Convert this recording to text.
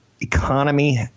economy